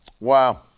Wow